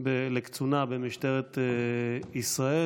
לקצונה במשטרת ישראל.